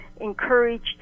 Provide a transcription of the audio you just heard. encouraged